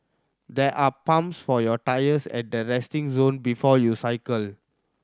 there are pumps for your tyres at the resting zone before you cycle